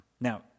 Now